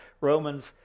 Romans